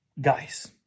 Guys